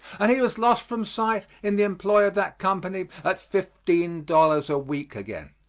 and he was lost from sight in the employ of that company at fifteen dollars a week again.